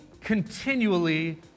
continually